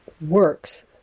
works